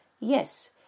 Yes